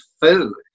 food